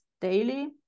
daily